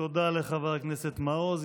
תודה לחבר הכנסת מעוז.